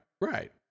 Right